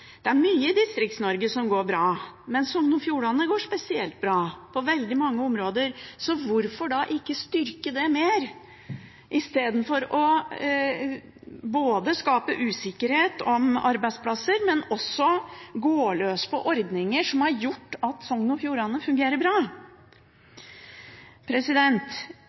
Det er mye i Distrikts-Norge som går bra, men Sogn og Fjordane går spesielt bra på veldig mange områder, så hvorfor da ikke styrke det mer, istedenfor både å skape usikkerhet om arbeidsplasser og også gå løs på ordninger som har gjort at Sogn og Fjordane fungerer bra?